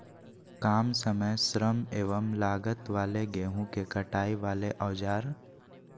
काम समय श्रम एवं लागत वाले गेहूं के कटाई वाले औजार?